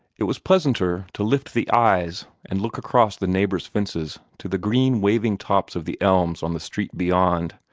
it was pleasanter to lift the eyes, and look across the neighbors' fences to the green, waving tops of the elms on the street beyond.